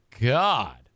God